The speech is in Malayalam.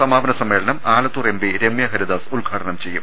സമാപന സമ്മേളനം ആലത്തൂർ എംപി രമ്യഹരിദാസ് ഉദ്ഘാടനം ചെയ്യും